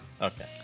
okay